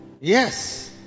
Yes